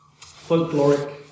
folkloric